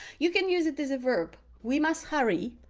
you can use it as a verb we must hurry,